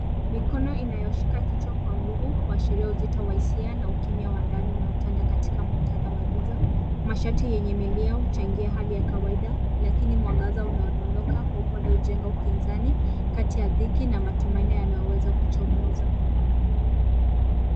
Mikono inayoshika kichwa kwa nguvu huashiria uzito wa hisia na ukimya wa ndani unaotanda katika muktadha wa giza. Mashati yenye milia huchangia hali ya kawaida lakini mwangaza unaodondoka kwa upole hujenga ukinzani kati ya dhiki na matumaini yanayoweza kuchomoza.